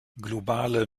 globale